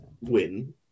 win